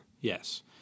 yes